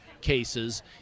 cases